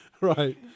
Right